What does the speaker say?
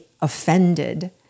offended